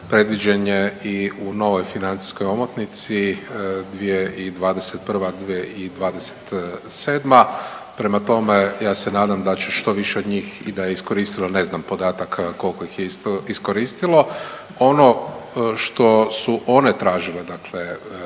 predviđen je i u novoj financijskoj omotnici 2021.-2027., prema tome ja se nadam da će što više njih i da je iskoristilo ne znam podataka koliko ih je iskoristilo. Ono što su one tražile dakle